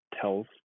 tells